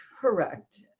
correct